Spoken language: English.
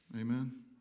Amen